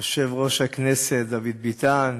יושב-ראש, הכנסת דוד ביטן,